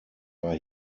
war